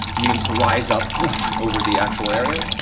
and begins to rise up over the actual area.